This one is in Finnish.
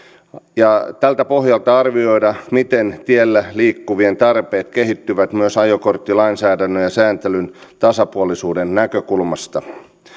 ja tältä pohjalta arvioida miten tiellä liikkuvien tarpeet kehittyvät myös ajokorttilainsäädännön ja sääntelyn tasapuolisuuden näkökulmasta